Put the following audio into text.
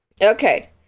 Okay